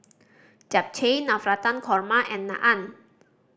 Japchae Navratan Korma and Naan